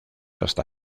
hasta